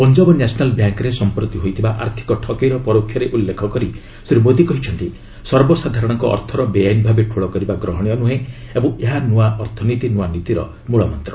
Punjab national ବ୍ୟାଙ୍କ୍ରେ ସଂପ୍ରତି ହୋଇଥିବା ଆର୍ଥିକ ଠକେଇର ପରୋକ୍ଷରେ ଉଲ୍ଲେଖ କରି ଶ୍ରୀ ମୋଦି କହିଛନ୍ତି ସର୍ବସାଧାରଣଙ୍କ ଅର୍ଥର ବେଆଇନ ଭାବେ ଠୁଳ କରିବା ଗ୍ରହଣୀୟ ନୁହେଁ ଏବଂ ଏହା ନୂଆ ଅର୍ଥନୀତି ନୂଆ ନୀତିର ମୂଳମନ୍ତ୍ର